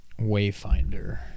Wayfinder